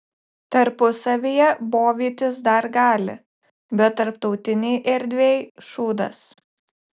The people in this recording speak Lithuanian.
tarpusavyje bovytis dar gali bet tarptautinėj erdvėj šūdas